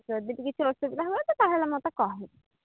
ଯଦି କିଛି ଅସୁବିଧା ହୁଏ ତ ତାହେଲେ ମୋତେ କୁହହୁ